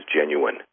genuine